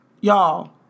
y'all